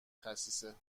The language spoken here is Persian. خسیسه